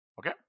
Okay